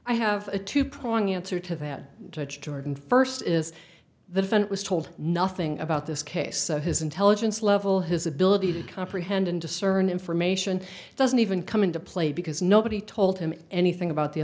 i have a two prong answer to that jordan first is the fan was told nothing about this case his intelligence level his ability to comprehend and discern information doesn't even come into play because nobody told him anything about the